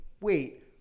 wait